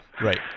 Right